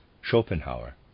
Schopenhauer